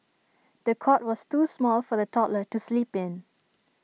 the cot was too small for the toddler to sleep in